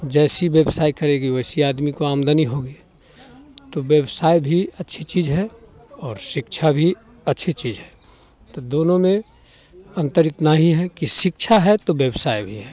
जैसे व्यवसाय करेगी वैसी आदमी को आमदनी होगी तो व्यवसाय भी अच्छी चीज है और शिक्षा भी अच्छी चीज है तो दोनों में अंतर इतना ही है कि शिक्षा है तो व्यवसाय भी है